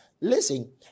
Listen